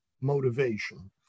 motivation